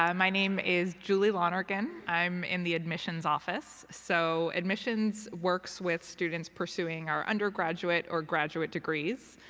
um my name is julie lonergan. i'm in the admissions office. so admissions works with students pursuing our undergraduate or graduate degrees.